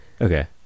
Okay